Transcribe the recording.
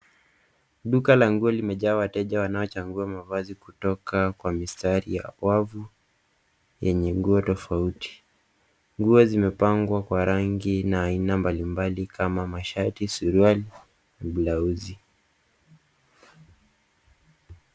Duka la nguo limejaa wateja wanaochagua mavazi kutoka kwa mistari ya wavu yenye nguo tofauti. Nguo zimepangwa kwa rangi na aina mbalimbali kama mashati, suruali na blauzi.